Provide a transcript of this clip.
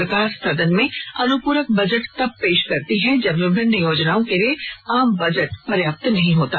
सरकार सदन में अनुपूरक बजट तब पेश करती है जब विभिन्न योजनाओं के लिए आम बजट पर्याप्त नहीं होता